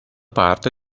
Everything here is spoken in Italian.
parte